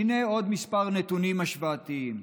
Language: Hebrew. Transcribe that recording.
הינה עוד כמה נתונים השוואתיים: